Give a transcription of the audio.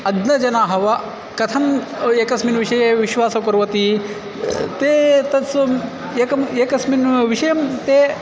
अग्नजनाः वा कथम् एकस्मिन् विषये विश्वासः कुर्वन्ति ते तत्सम् एकम् एकस्मिन् विषयं ते